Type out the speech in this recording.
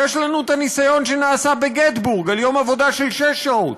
יש לנו הניסיון שנעשה בגטבורג ליום עבודה של שש שעות: